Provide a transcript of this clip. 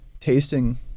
tasting